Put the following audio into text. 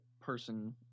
person